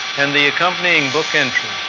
and the accompanying book entry,